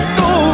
go